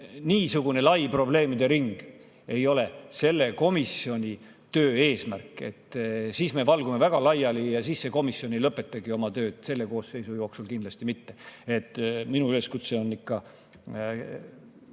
niisugune lai probleemide ring ei ole selle komisjoni töö eesmärk. Siis me valgume väga laiali ja see komisjon ei lõpetagi oma tööd, selle koosseisu jooksul kindlasti mitte. Minu üleskutse on ikka